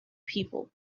people